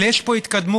אבל יש פה התקדמות.